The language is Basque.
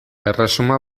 erresuma